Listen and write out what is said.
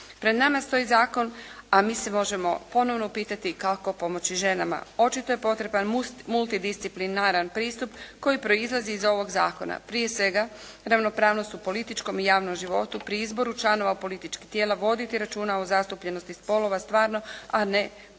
Pred nama stoji zakon, a mi se možemo ponovno upitati kako pomoći ženama. Očito je potreban multidisciplinaran pristup koji proizlazi iz ovog zakona. Prije svega ravnopravnost u političkom i javnom životu, pri izboru članova političkih tijela voditi računa o zastupljenosti spolova stvarno a ne ponekad